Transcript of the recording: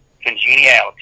congeniality